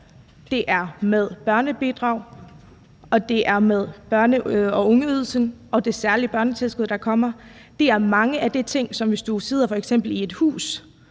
det er med børnebidrag, og det er med børne- og ungeydelsen og det særlige børnetilskud, der kommer. Det er mange af de ting, hvor du ikke får de